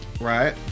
Right